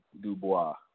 Dubois